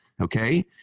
okay